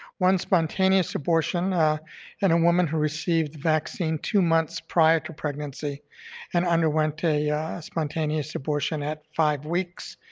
one spontaneous abortion in a woman who received vaccine two months prior to pregnancy and underwent a spontaneous abortion at five weeks,